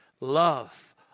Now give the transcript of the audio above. Love